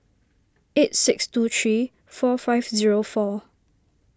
eight six two three four five zero four